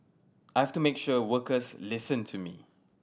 I've to make sure workers listen to me